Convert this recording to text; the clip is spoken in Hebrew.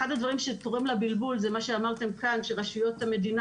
אחד הדברים שתורם לבלבול זה מה שאמרתם כאן: רשויות המדינה